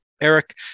Eric